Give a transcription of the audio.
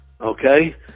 okay